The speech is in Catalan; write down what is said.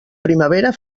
primavera